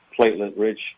platelet-rich